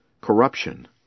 corruption